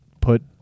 put